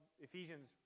Ephesians